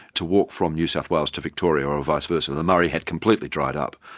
to walk from new south wales to victoria, or vice versa. the murray had completely dried up,